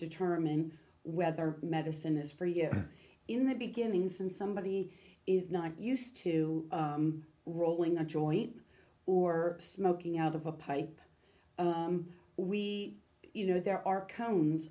determine whether medicine is for you in the beginnings and somebody is not used to rolling a joint or smoking out of a pipe we you know there are cones